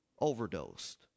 Overdosed